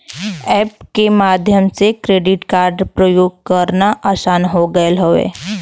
app के माध्यम से क्रेडिट कार्ड प्रयोग करना आसान हो गयल हौ